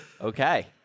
Okay